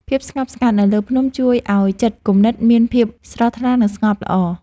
ភាពស្ងប់ស្ងាត់នៅលើភ្នំជួយឱ្យចិត្តគំនិតមានភាពស្រស់ថ្លា និងស្ងប់ល្អ។